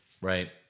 Right